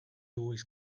always